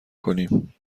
کنیم